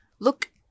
Look